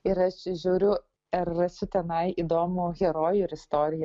ir aš žiūriu ar rasiu tenai įdomų herojų ar istoriją